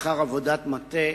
לאחר עבודת מטה